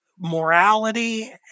morality